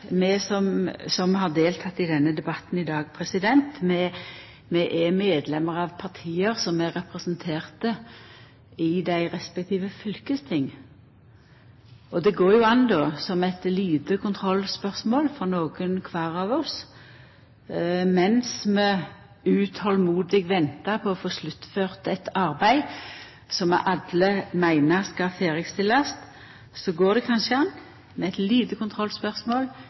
som har delteke i denne debatten i dag, er medlemmer av parti som er representerte i dei respektive fylkestinga. Det går jo kanskje an – som eit lite kontrollspørsmål frå nokon kvar av oss mens vi utolmodig ventar på å få sluttført eit arbeid som vi alle meiner skal